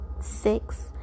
six